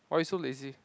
why you so lazy